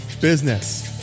business